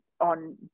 on